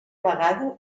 vegada